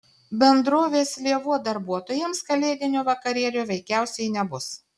bendrovės lėvuo darbuotojams kalėdinio vakarėlio veikiausiai nebus